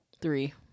three